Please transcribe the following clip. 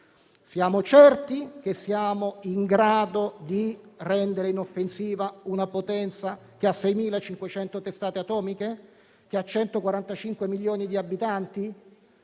Siamo certi di essere in grado di rendere inoffensiva una potenza che ha 6.500 testate atomiche e 145 milioni di abitanti,